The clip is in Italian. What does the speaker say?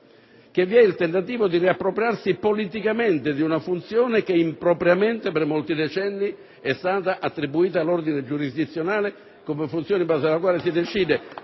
che vi è il tentativo di riappropriarsi politicamente di una funzione che impropriamente per molti decenni è stata attribuita all'ordine giurisdizionale *(Applausi dal Gruppo* *UDC)* come funzione in base alla quale si decide